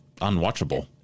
unwatchable